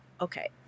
okay